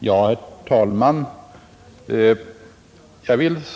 Herr talman!